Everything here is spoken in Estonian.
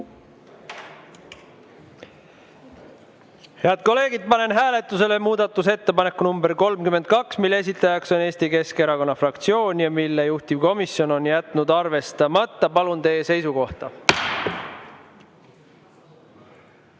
Head kolleegid, panen hääletusele muudatusettepaneku nr 32, mille esitaja on Eesti Keskerakonna fraktsioon ja mille juhtivkomisjon on jätnud arvestamata. Palun teie seisukohta!